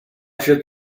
should